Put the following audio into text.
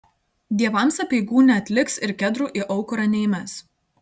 dievams apeigų neatliks ir kedrų į aukurą neįmes